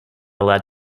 allowed